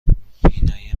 بینایی